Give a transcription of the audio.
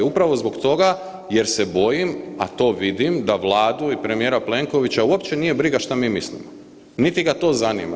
Upravo zbog toga jer se bojim, a to vidim, da Vladu i premijera Plenkovića uopće nije briga što mi mislimo niti ga to zanima.